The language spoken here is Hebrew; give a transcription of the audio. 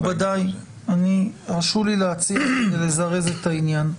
מכובדיי, הרשו לי להציע ולזרז את העניין.